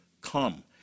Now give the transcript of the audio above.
come